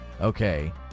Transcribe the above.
Okay